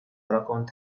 raconté